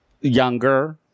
younger